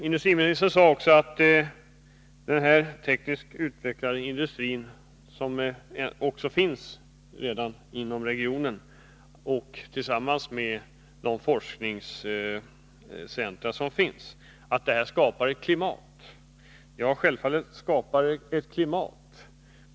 Industriministern sade också att den tekniskt utvecklade industri som redan finns inom regionen tillsammans med de forskningscentra som finns skapar ett gynnsamt klimat. Självfallet gör det det.